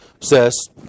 says